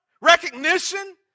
recognition